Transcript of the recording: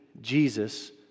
Jesus